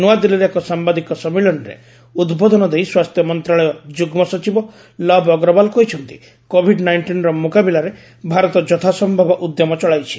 ନ୍ତଆଦିଲ୍ଲୀରେ ଏକ ସାମ୍ଭାଦିକ ସମ୍ମିଳନୀରେ ଉଦ୍ବୋଧନ ଦେଇ ସ୍ୱାସ୍ଥ୍ୟ ମନ୍ତ୍ରଣାଳୟ ଯୁଗ୍ଲ ସଚିବ ଲବ୍ ଅଗ୍ରୱାଲ୍ କହିଛନ୍ତି କୋଭିଡ୍ ନାଇଷ୍ଟିର ମ୍ରକାବିଲାରେ ଭାରତ ଯଥାସ୍ୟବ ଉଦ୍ୟମ ଚଳାଇଛି